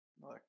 Look